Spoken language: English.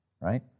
right